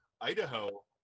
Idaho